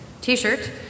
t-shirt